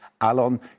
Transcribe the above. Alon